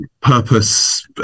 purpose